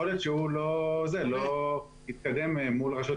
יכול להיות שהוא לא התקדם מול רשות